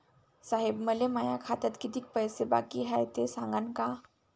साहेब, मले माया खात्यात कितीक पैसे बाकी हाय, ते सांगान का?